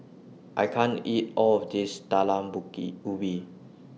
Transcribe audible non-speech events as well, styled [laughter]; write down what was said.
I can't eat All of This Talam [unintelligible] Ubi